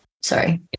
sorry